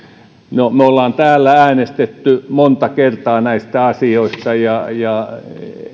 no me olemme täällä äänestäneet monta kertaa näistä asioista ja ja